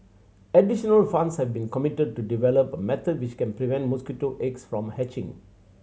additional funds have been committed to develop a method which can prevent mosquito eggs from hatching